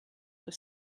were